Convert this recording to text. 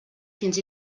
fins